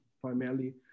primarily